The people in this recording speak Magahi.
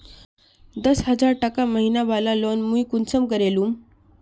दस हजार टका महीना बला लोन मुई कुंसम करे लूम?